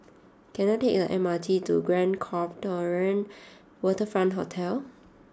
can I take the M R T to Grand Copthorne Waterfront Hotel